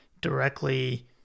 directly